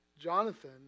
Jonathan